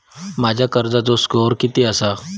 माझ्या कर्जाचो स्कोअर किती आसा?